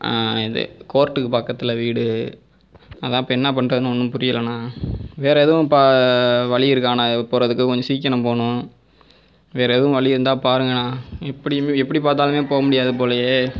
இது கோர்ட்டுக்கு பக்கத்தில் வீடு அதான் இப்போ என்ன பண்ணுறதுன்னு ஒன்றும் புரியலைண்ணா வேறு எதுவும் இப்ப வழி இருக்கா நான் போகிறதுக்கு கொஞ்சம் சீக்கணம் போகணும் வேற எதும் வழி இருந்தால் பாருங்கண்ணா எப்படி எப்படி பார்த்தாலுமே போக முடியாது போலையே